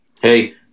Hey